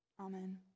Amen